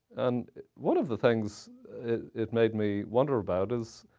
and one of the things it made me wonder about is,